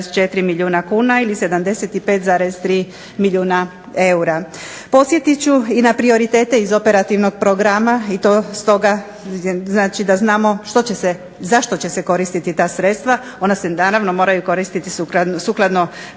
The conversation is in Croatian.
sredstva, ona se naravno moraju koristiti sukladno